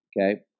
Okay